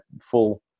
full